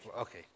Okay